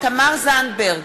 תמר זנדברג,